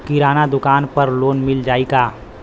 किराना दुकान पर लोन मिल जाई का?